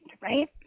right